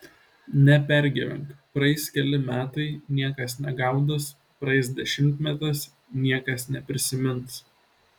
nepergyvenk praeis keli metai niekas negaudys praeis dešimtmetis niekas neprisimins